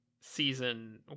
season